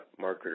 marketer